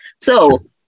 So-